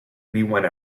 anyone